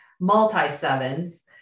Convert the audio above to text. multi-sevens